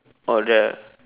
oh the